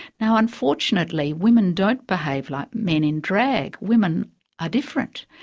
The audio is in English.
now unfortunately, women don't behave like men in drag, women are different.